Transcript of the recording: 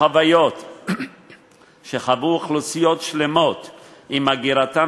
החוויות שחוו אוכלוסיות שלמות עם הגירתן